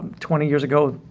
twenty years ago,